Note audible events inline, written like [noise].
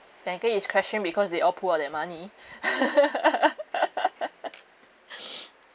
banker is questioned because they all pull out their money [laughs] [breath]